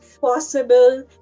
possible